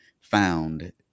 found